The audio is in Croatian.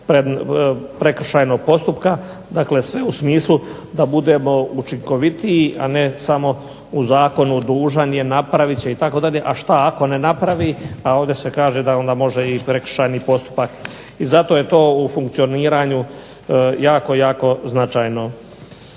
prekršajnog postupka, dakle sve u smislu da budemo učinkovitiji a ne samo u Zakonu dužan je, napraviti će, a što ako ne napravi a ovdje se kaže da onda može i prekršajni postupak i zato je to u funkcioniranju jako značajno.